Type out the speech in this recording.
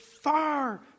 far